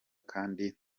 kandi